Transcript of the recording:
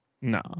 No